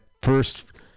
first